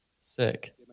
Sick